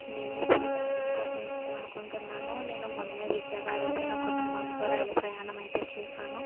నేను ఇప్పుడు రైలును వర్ణించాలనుకుంటున్నాను నేను మొన్నే విజయవాడ అయితే నా కుటుంబంతో రైలు ప్రయాణం అయితే చేశాను